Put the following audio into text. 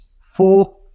four